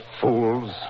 fool's